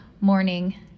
morning